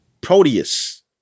Proteus